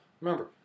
remember